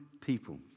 people